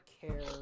care